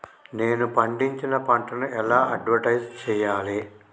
నేను పండించిన పంటను ఎలా అడ్వటైస్ చెయ్యాలే?